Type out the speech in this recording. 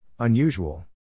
Unusual